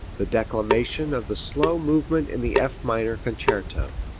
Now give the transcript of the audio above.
the declamation of the slow movement in the f minor concerto.